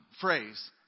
phrase